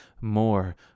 more